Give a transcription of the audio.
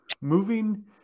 moving